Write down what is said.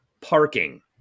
parking